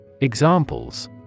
Examples